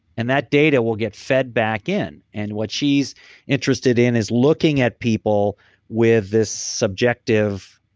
and that data will get fed back in and what she's interested in is looking at people with this subjective